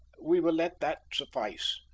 we will let that suffice,